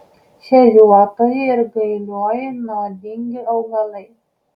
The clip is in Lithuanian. šeriuotoji ir gailioji nuodingi augalai